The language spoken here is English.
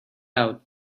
out